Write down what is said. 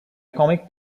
comic